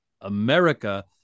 America